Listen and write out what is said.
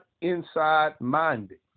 inside-minded